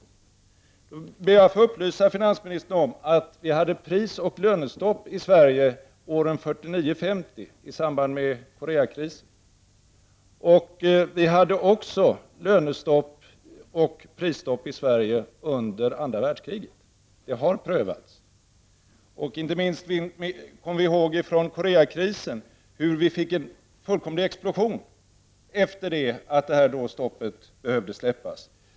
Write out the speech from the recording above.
Jag ber att få upplysa finansministern om att vi hade prisoch lönestopp i Sverige åren 1949—1950 i samband med Koreakrisen. Vi hade också löneoch prisstopp i Sverige under andra världskriget. Det har prövats. Inte minst kommer vi ihåg från Koreakrisens dagar hur vi fick en fullkomlig explosion efter det att stoppet måste släppas.